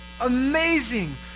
Amazing